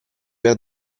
per